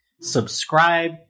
Subscribe